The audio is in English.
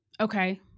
Okay